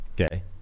Okay